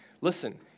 Listen